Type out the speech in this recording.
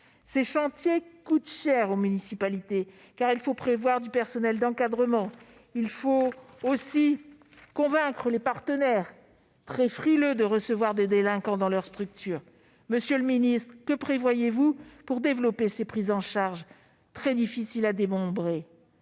Ces chantiers coûtent cher aux municipalités, car il faut prévoir du personnel d'encadrement. Il faut aussi convaincre les partenaires, très frileux à l'idée de recevoir des délinquants dans leurs structures. Monsieur le garde des sceaux, que prévoyez-vous pour développer ces prises en charge très difficiles à dénombrer ?